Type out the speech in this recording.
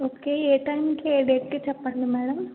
ఒకే ఏ టైమ్కి ఏ డేట్కి చెప్పండి మేడమ్